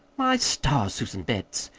my stars, susan betts,